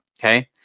Okay